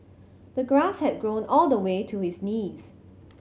the grass had grown all the way to his knees